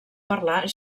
parlar